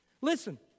Listen